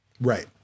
Right